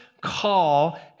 call